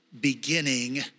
beginning